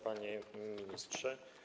Panie Ministrze!